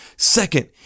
Second